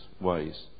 ways